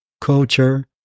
culture